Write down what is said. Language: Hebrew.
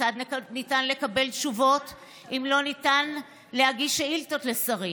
כיצד ניתן לקבל תשובות אם לא ניתן להגיש שאילתות לשרים?